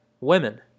women